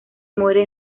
muere